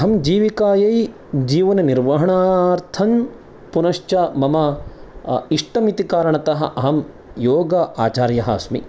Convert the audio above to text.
अहं जीविकायै जीवननिर्वाहणार्थं पुनश्च मम इष्टम् इति कारणतः अहं योग आचार्यः अस्मि